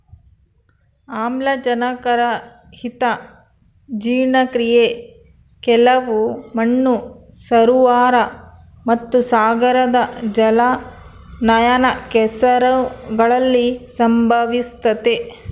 ಆಮ್ಲಜನಕರಹಿತ ಜೀರ್ಣಕ್ರಿಯೆ ಕೆಲವು ಮಣ್ಣು ಸರೋವರ ಮತ್ತುಸಾಗರದ ಜಲಾನಯನ ಕೆಸರುಗಳಲ್ಲಿ ಸಂಭವಿಸ್ತತೆ